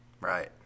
Right